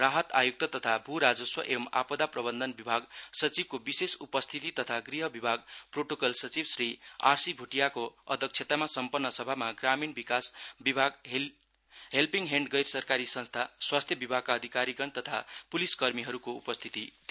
राहत आय्क्त तथा भू राजस्व एवं आपदा प्रबन्धन विभाग सचिवको विशेष उपस्थिति तथा गृह विभाग प्रोटोकल सचिव श्रीआरसी भोटियाको अध्यक्षतामा सम्पन्न सभामा ग्रामीण विकास विभाग हेल्पिङ हेण्ड गैर सरकारी संस्था स्वास्थ्य विभागका अधिकारीगण तथा पुलिस कर्मीहरूको उपस्थिति थियो